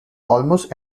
almost